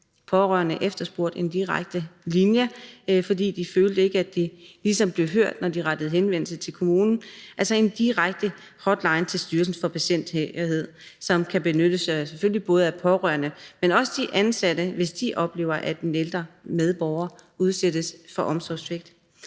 pårørende efterspurgte en direkte linje, fordi de ikke følte, at de ligesom blev hørt, når de rettede henvendelse til kommunen – altså en direkte hotline til Styrelsen for Patientsikkerhed, som selvfølgelig kan benyttes af pårørende, men også af ansatte, hvis de oplever, at en ældre medborger udsættes for omsorgssvigt.